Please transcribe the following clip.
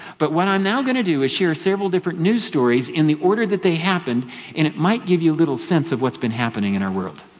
but what i'm now going to do is share several different news stories in the order that they happened, and it might give you a little sense of what's been happening in our world.